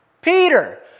Peter